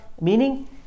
Meaning